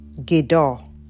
Gedor